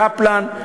קפלן,